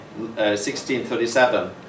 1637